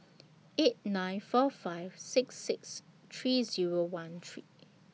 eight nine four five six six three Zero one three